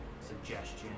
suggestion